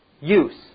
use